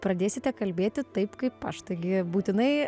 pradėsite kalbėti taip kaip aš taigi būtinai